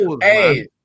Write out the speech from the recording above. Hey